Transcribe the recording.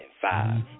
five